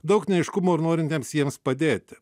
daug neaiškumų ir norintiems jiems padėti